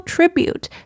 Tribute